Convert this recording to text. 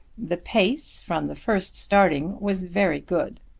the pace from the first starting was very good.